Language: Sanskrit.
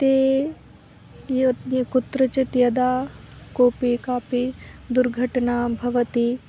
ते अद्य कुत्रचित् यदा कोऽपि कापि दुर्घटना भवति